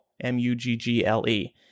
M-U-G-G-L-E